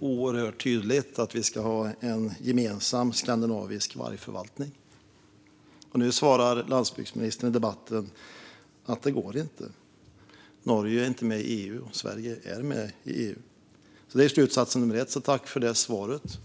oerhört tydligt drev att vi skulle ha en gemensam skandinavisk vargförvaltning. Nu svarar landsbygdsministern i debatten att det inte går, för Norge är inte med i EU, men det är Sverige. Det var slutsatsen av detta, så tack för det svaret.